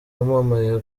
wamamaye